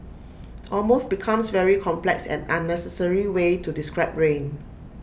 almost becomes very complex and unnecessary way to describe rain